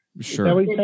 Sure